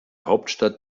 hauptstadt